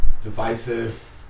divisive